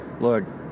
Lord